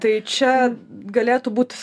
tai čia galėtų būt